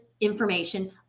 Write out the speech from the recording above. information